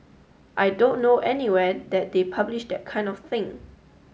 I don't know anywhere that they publish that kind of thing